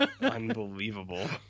unbelievable